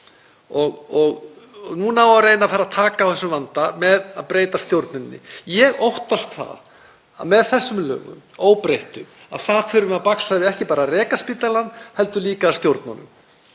og núna á að reyna að fara að taka á þessum vanda með því að breyta stjórnuninni. Ég óttast að með þessum lögum óbreyttum þurfi að baksa við ekki bara að reka spítalann heldur líka að stjórna honum.